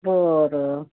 बरं